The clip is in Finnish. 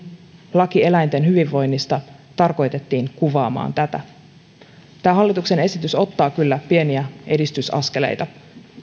laki eläinten hyvinvoinnista tarkoitettiin kuvaamaan tätä tämä hallituksen esitys ottaa kyllä pieniä edistysaskeleita